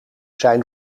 zijn